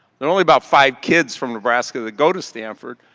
and only about five kids from nebraska that go to stanford.